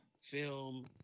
film